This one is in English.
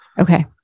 Okay